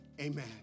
Amen